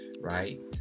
right